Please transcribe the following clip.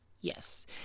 Yes